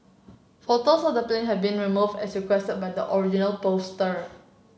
photos of the plane have been removed as requested by the original poster